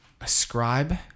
Ascribe